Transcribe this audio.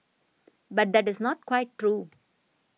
but that is not quite true